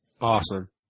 Awesome